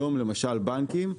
היום למשל בנקים,